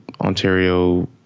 Ontario